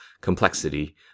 complexity